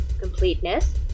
completeness